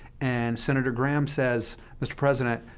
and sen. graham says mr. president,